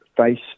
face